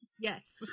yes